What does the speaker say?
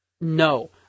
No